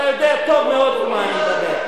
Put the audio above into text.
אתה יודע טוב מאוד מה אני מדבר.